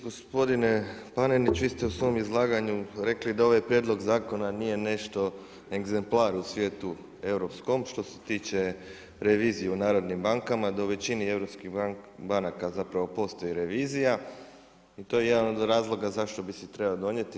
Gospodine Panenić, vi ste u svom izlaganju rekli da ovaj prijedlog zakona nije nešto egzemplar u svijetu europskom što se tiče revizije u narodnim bankama, da u većini europskih banaka zapravo postoji revizija i to je jedan od razloga zašto bi se trebao donijeti.